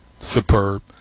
Superb